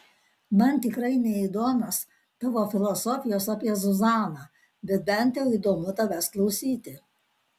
man tikrai neįdomios tavo filosofijos apie zuzaną bet bent jau įdomu tavęs klausyti